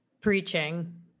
preaching